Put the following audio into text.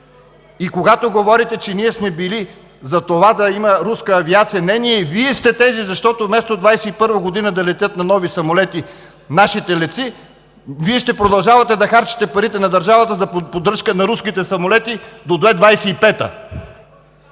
И когато говорите, че ние сме били за това да има руска авиация, не ние, Вие сте тези, защото вместо 2021 г. да летят на нови самолети нашите летци, Вие ще продължавате да харчите парите на държавата за поддръжка на руските самолети до 2025 г.